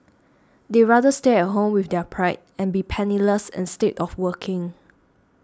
they rather stay at home with their pride and be penniless instead of working